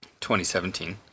2017